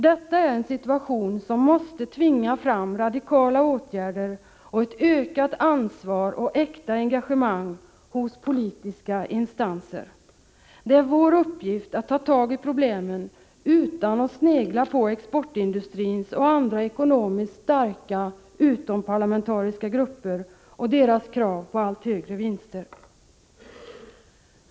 Detta är en situation som måste tvinga fram radikala åtgärder och ett ökat ansvar och äkta engagemang hos politiska instanser. Det är vår uppgift att ta tag i problemen utan att snegla på exportindustrins och andra ekonomiskt starka utomparlamentariska gruppers krav på allt högre vinster.